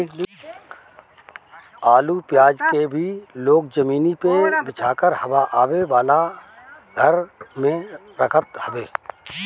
आलू पियाज के भी लोग जमीनी पे बिछा के हवा आवे वाला घर में रखत हवे